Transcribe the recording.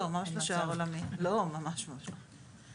לא, לא, ממש לא "שער עולמי".